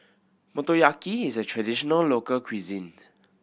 motoyaki is a traditional local cuisine